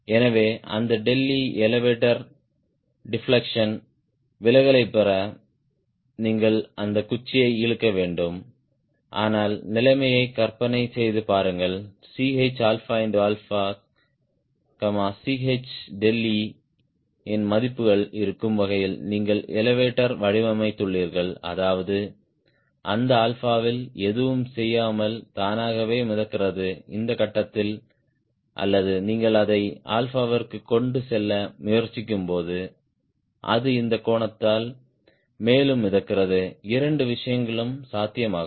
எனவே அந்த e elevator deflection பெற நீங்கள் அந்த குச்சியை இழுக்க வேண்டும் ஆனால் நிலைமையை கற்பனை செய்து பாருங்கள் ChChe இன் மதிப்புகள் இருக்கும் வகையில் நீங்கள் எலெவடோர் வடிவமைத்துள்ளீர்கள் அதாவது அந்த ஆல்பாவில் எதுவும் செய்யாமல் தானாகவே மிதக்கிறது இந்த கட்டத்தில் அல்லது நீங்கள் அதை ஆல்பாவிற்கு கொண்டு செல்ல முயற்சிக்கும்போது அது இந்த கோணத்தால் மேலும் மிதக்கிறது இரண்டு விஷயங்களும் சாத்தியமாகும்